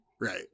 right